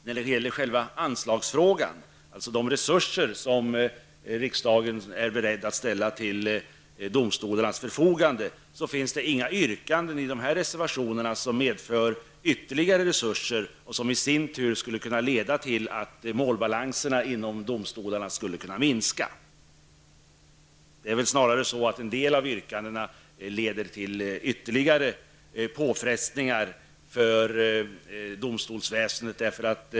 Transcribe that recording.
När det gäller själva anslagsfrågan -- det handlar då om de resurser som riksdagen är beredd att ställa till domstolarnas förfogande -- finns det inte några yrkanden i framställda reservationer som skulle innebära ytterligare resurser, som i sin tur skulle kunna leda till att målbalanserna inom domstolarna påverkades. Snarare skulle de åtgärder som nämns i en del yrkanden leda till ytterligare påfrestningar för domstolsväsendet.